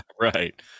Right